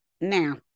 Now